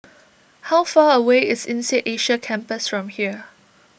how far away is Insead Asia Campus from here